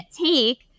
take